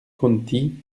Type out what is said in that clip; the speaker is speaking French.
conti